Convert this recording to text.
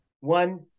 One